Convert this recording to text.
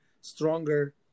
stronger